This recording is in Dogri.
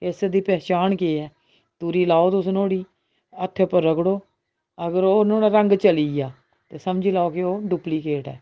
केसर दी पह्चान केह् ऐ तुरी लैओ तुस नुआढ़ी ह्त्थ उप्पर रगड़ो अगर ओह् नुआढ़ा रंग चली गेआ ते समझी लैओ कि ओह् डूप्लिकेट ऐ